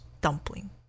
dumpling